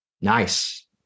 Nice